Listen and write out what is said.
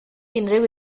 unrhyw